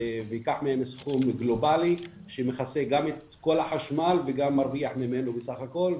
וייקח מהם סכום גלובלי שמכסה גם את כל החשמל וגם מרוויח ממנו בסך הכול.